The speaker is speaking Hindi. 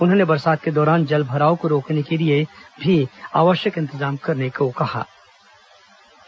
उन्होंने बरसात के दौरान जल भराव को रोकने के लिए भी आवश्यक इंतजाम करने के निर्देश दिए